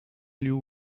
you